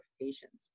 patients